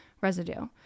residue